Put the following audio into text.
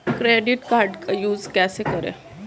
Credit card का use कैसे करें?